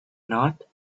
not